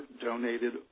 donated